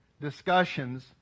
discussions